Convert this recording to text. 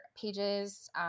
pages